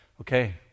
okay